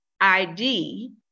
ID